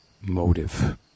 motive